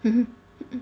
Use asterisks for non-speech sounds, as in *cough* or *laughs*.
*laughs*